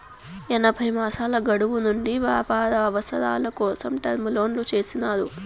ఎనభై మాసాల గడువు నుండి వ్యాపార అవసరాల కోసం టర్మ్ లోన్లు చేసినారు